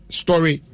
story